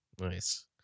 Nice